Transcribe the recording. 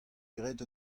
graet